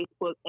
Facebook